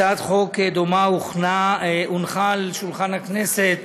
הצעת חוק דומה הונחה על שולחן הכנסת